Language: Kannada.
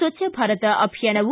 ಸ್ವಚ್ದ ಭಾರತ್ ಅಭಿಯಾನವು